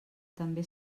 també